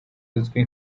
uzwi